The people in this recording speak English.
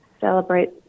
celebrate